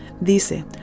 dice